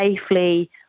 safely